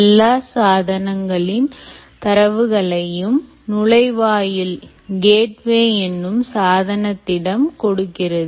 எல்லா சாதனங்களின் தரவுகளையும் நுழைவாயில் என்னும்சாதனத்திடம் கொடுக்கிறது